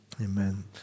Amen